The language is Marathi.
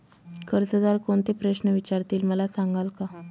कर्जदार कोणते प्रश्न विचारतील, मला सांगाल का?